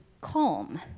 calm